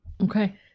Okay